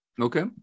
Okay